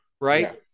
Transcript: right